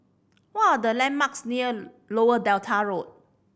what are the landmarks near Lower Delta Road